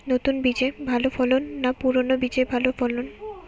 নতুন বীজে ভালো ফলন না পুরানো বীজে ভালো ফলন?